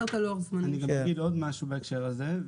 אני גם אגיד עוד משהו בהקשר הזה.